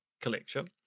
collection